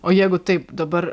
o jeigu taip dabar